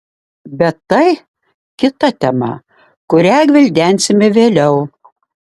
bet tai kita tema kurią gvildensime vėliau